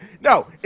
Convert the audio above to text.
No